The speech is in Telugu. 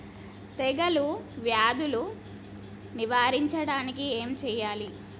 తెగుళ్ళ వ్యాధులు నివారించడానికి ఏం చేయాలి?